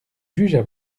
jugea